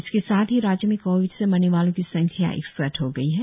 इसके साथ ही राज्य में कोविड से मरने वालों की संख्या इकसठ हो गई है